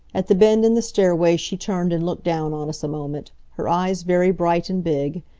at the bend in the stairway she turned and looked down on us a moment, her eyes very bright and big.